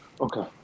Okay